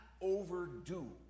overdo